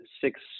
six